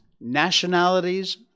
nationalities